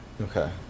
Okay